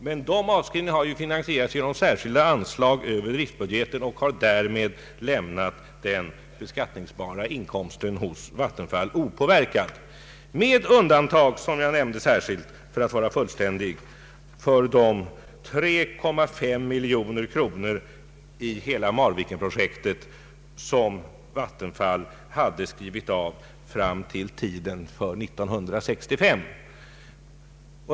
Men de avskrivningarna har finansierats genom särskilda anslag över riksbudgeten och har därmed lämnat den beskattningsbara inkomsten hos Vattenfall opåverkad, med undantag, som jag nämnde särskilt för att vara fullständigt tydlig, för de 3,5 miljoner i hela Marvikenprojektet som Vattenfall hade skrivit av fram till 1965.